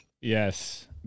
yes